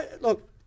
Look